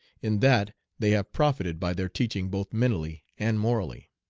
in that they have profited by their teaching both mentally and morally.